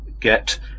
get